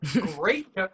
Great